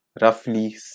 roughly